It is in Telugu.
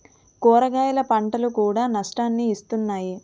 కూరగాయల పంటలు కూడా నష్టాన్ని ఇస్తున్నాయి